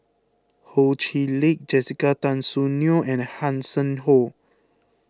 Ho Chee Lick Jessica Tan Soon Neo and Hanson Ho